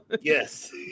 Yes